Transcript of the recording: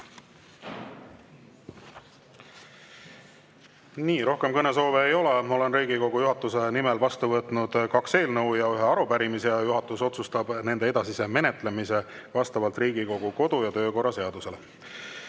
Aitäh! Rohkem kõnesoove ei ole. Olen Riigikogu juhatuse nimel vastu võtnud kaks eelnõu ja ühe arupärimise. Juhatus otsustab nende edasise menetlemise vastavalt Riigikogu kodu- ja töökorra seadusele.